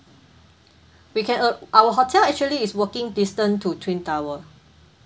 we can ar~ our hotel actually is walking distant to twin tower